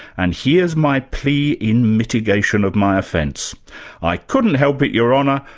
and here's my plea in mitigation of my offence i couldn't help it, your honour,